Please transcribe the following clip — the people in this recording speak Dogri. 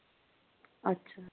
अच्छा